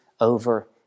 over